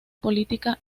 política